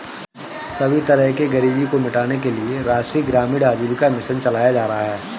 सभी तरह से गरीबी को मिटाने के लिये राष्ट्रीय ग्रामीण आजीविका मिशन चलाया जा रहा है